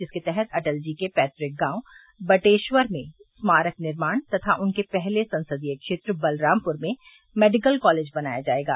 जिसके तहत अटल जी के पैतुक गांव बटेश्वर में स्मारक निर्माण तथा उनके पहले संसदीय क्षेत्र बलरामपुर में मेडिकल कॉलेज बनाया जायेगा